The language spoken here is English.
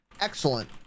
excellent